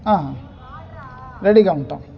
రెడీగా ఉంటాం